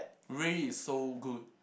really it's so good